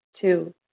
Two